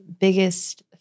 biggest